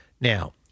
now